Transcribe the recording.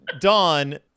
Dawn